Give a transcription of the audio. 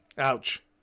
Ouch